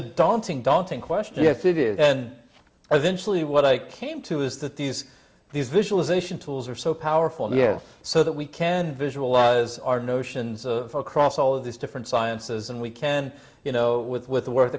a daunting daunting question if it is and eventually what i came to is that these these visualization tools are so powerful and yet so that we can visualize our notions of across all of these different sciences and we can you know with with